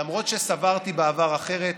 למרות שסברתי בעבר אחרת,